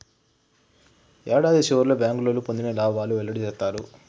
యాడాది సివర్లో బ్యాంకోళ్లు పొందిన లాబాలు వెల్లడి సేత్తారు